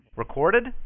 Recorded